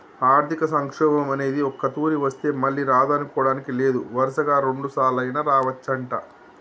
ఆర్థిక సంక్షోభం అనేది ఒక్కతూరి వస్తే మళ్ళీ రాదనుకోడానికి లేదు వరుసగా రెండుసార్లైనా రావచ్చంట